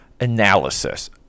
analysis